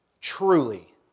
truly